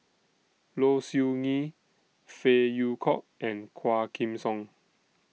Low Siew Nghee Phey Yew Kok and Quah Kim Song